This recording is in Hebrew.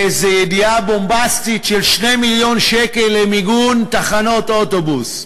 באיזו ידיעה בומבסטית של 2 מיליון שקל למיגון תחנות האוטובוס,